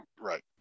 Right